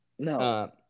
No